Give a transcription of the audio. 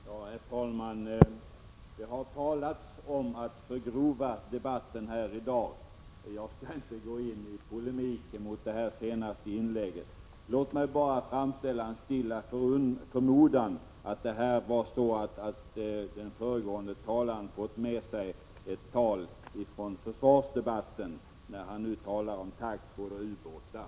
Herr talman! Det har i dag talats om att debatten förgrovas. Jag skall inte gå i polemik mot det senaste inlägget. Låt mig bara framställa en stilla förmodan att den föregående talaren fått med sig ett tal från försvarsdebatten, eftersom han nu talar om taggtråd och ubåtar.